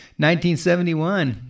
1971